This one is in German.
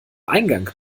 eingang